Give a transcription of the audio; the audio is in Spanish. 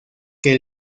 que